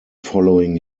following